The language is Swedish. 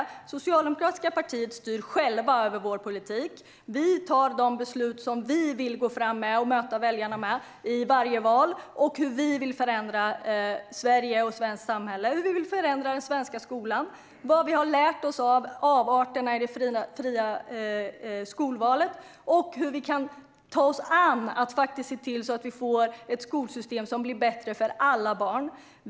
Det socialdemokratiska partiet styr själv över sin politik. Vi fattar de beslut som vi vill gå fram och möta väljarna med i varje val, hur vi vill förändra Sverige och svenskt samhälle, hur vi vill förändra den svenska skolan och vad vi har lärt oss av avarterna i det fria skolvalet och hur vi kan se till att få ett skolsystem som blir bättre för alla barn.